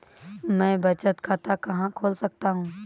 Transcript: मैं बचत खाता कहाँ खोल सकता हूँ?